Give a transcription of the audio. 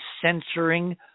censoring